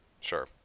Sure